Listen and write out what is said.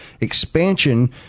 expansion